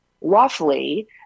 lawfully